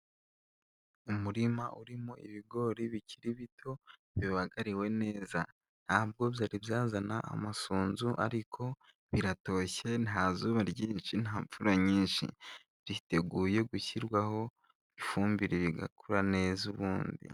Umurima urimo ibigori bikiri bito bibagariwe neza, ntabwo byari byazana amasunzu ariko biratoshye nta zuba ryinshi nta mvura nyinshi byiteguye gushyirwaho ifumbire rigakura neza ubundi.